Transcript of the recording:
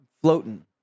Floating